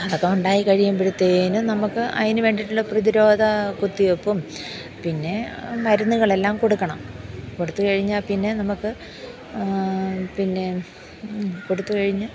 അതൊക്കെ ഉണ്ടായി കഴിയുമ്പോഴത്തേക്ക് നമുക്ക് അതിന് വേണ്ടിയിട്ടുള്ള പ്രതിരോധ കുത്തി വെപ്പും പിന്നെ മരുന്നുകളെല്ലാം കൊടുക്കണം കൊടുത്ത് കഴിഞ്ഞാൽ പിന്നെ നമുക്ക് പിന്നെ കൊടുത്ത് കഴിഞ്ഞു